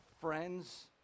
friends